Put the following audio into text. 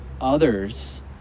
others